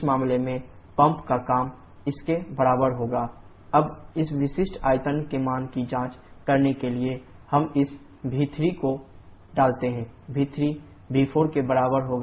इस मामले में पंप का काम इसके बराबर होगा WP3PB PC अब इस विशिष्ट आयतन के मान की जाँच करने के लिए हम इस v3 को डालते हैं v3 v4के बराबर होगा जो कि बराबर है v3v4vf